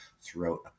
throughout